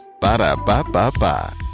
Ba-da-ba-ba-ba